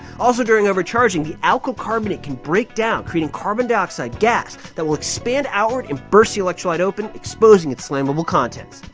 also during overcharging, that alkyl carbonate can break down, creating carbon dioxide gas that will expand outward and burst the electrolyte open, exposing its flammable contents.